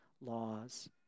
laws